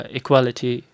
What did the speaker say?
equality